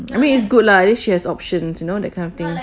I mean it's good lah then she has options you know that kind of thing